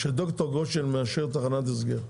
כשד"ר גושן מאשר תחנת הסגר,